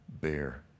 bear